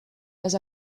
pas